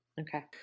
Okay